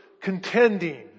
contending